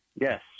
yes